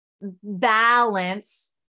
balance